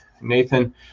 nathan